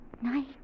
Night